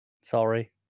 Sorry